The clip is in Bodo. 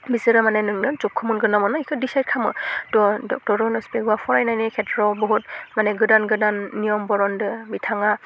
बिसोरो माने नोंनो जबखौ मोनगोन ना मोना बेखौ डिसाइट खामो थह डक्टर रनस पेगुआ फरायनायनि खेथ्रआव बुहुत माने गोदान गोदान नियम बरनदो बिथाङा